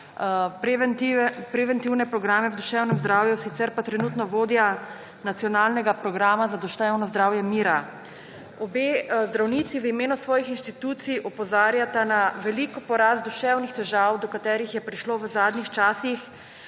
preventivne programe v duševnem zdravju, sicer pa trenutno vodja Nacionalnega programa za duševno zdravje Mira. Obe zdravnici v imenu svojih inštitucij opozarjata na velik porast duševnih težav, do katerih je prišlo v zadnjih časih